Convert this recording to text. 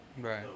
Right